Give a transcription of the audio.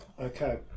Okay